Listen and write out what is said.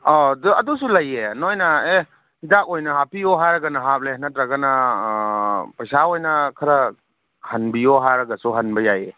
ꯑꯧ ꯑꯗꯨꯁꯨ ꯂꯩꯌꯦ ꯅꯣꯏꯅ ꯑꯦ ꯍꯤꯗꯥꯛ ꯑꯣꯏꯅ ꯍꯥꯞꯄꯤꯌꯣ ꯍꯥꯏꯔꯒꯅ ꯍꯥꯞꯂꯦ ꯅꯠꯇ꯭ꯔꯒꯅ ꯄꯩꯁꯥ ꯑꯣꯏꯅ ꯈꯔ ꯍꯟꯕꯤꯌꯣ ꯍꯥꯏꯔꯒꯁꯨ ꯍꯟꯕ ꯌꯥꯏꯌꯦ